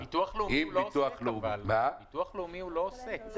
אבל ביטוח לאומי הוא לא עוסק.